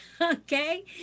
okay